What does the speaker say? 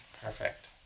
Perfect